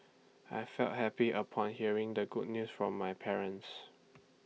I felt happy upon hearing the good news from my parents